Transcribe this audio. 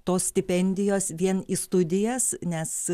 tos stipendijos vien į studijas nes